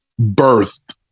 birthed